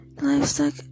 livestock